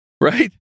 right